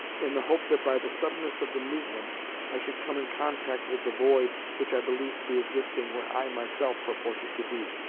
in the hope that by the suddenness of the movement i should come in contact with the void which i believed to be existing where i myself purported to be!